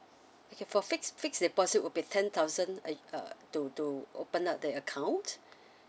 okay for fix fix deposit would be ten thousand a uh to to open up the account